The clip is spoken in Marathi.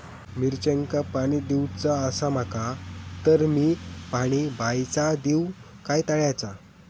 मिरचांका पाणी दिवचा आसा माका तर मी पाणी बायचा दिव काय तळ्याचा?